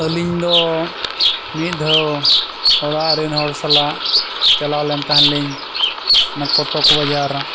ᱟᱹᱞᱤᱧ ᱫᱚ ᱢᱤᱫ ᱫᱷᱟᱣ ᱚᱲᱟᱜ ᱨᱤᱱ ᱦᱚᱲ ᱥᱟᱞᱟᱜ ᱪᱟᱞᱟᱣ ᱞᱮᱱ ᱛᱟᱦᱮᱸᱱ ᱞᱤᱧ ᱚᱱᱟ ᱠᱚᱴᱚᱠ ᱵᱟᱡᱟᱨ